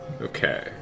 Okay